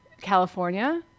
California